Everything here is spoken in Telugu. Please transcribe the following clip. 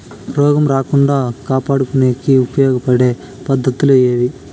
రోగం రాకుండా కాపాడుకునేకి ఉపయోగపడే పద్ధతులు ఏవి?